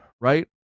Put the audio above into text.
right